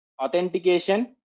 authentication